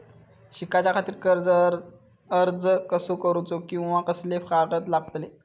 शिकाच्याखाती कर्ज अर्ज कसो करुचो कीवा कसले कागद लागतले?